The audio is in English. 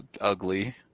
ugly